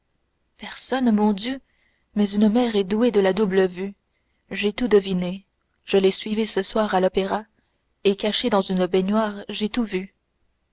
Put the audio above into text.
personne mon dieu mais une mère est douée de la double vue j'ai tout deviné je l'ai suivi ce soir à l'opéra et cachée dans une baignoire j'ai tout vu